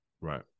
right